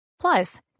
Plus